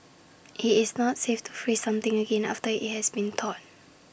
IT is not safe to freeze something again after IT has been thawed